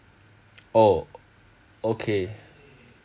oh okay